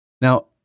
now